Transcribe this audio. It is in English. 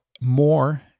more